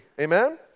Amen